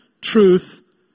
truth